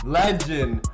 legend